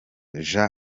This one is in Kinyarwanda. jean